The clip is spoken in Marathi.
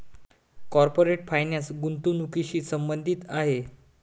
कॉर्पोरेट फायनान्स गुंतवणुकीशी संबंधित आहे